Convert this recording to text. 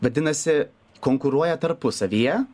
vadinasi konkuruoja tarpusavyje